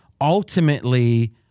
ultimately